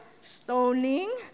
stoning